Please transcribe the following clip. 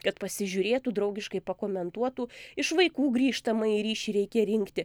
kad pasižiūrėtų draugiškai pakomentuotų iš vaikų grįžtamąjį ryšį reikia rinkti